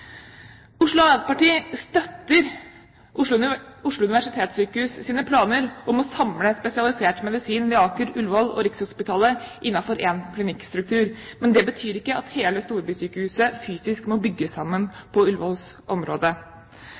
Oslo Arbeiderparti støtter Oslo universitetssykehus' planer om å samle spesialisert medisin ved Aker, Ullevål og Rikshospitalet innenfor én klinikkstruktur, men det betyr ikke at hele storbysykehuset fysisk må bygges sammen på